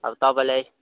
अब तपाईँलाई